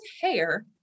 hair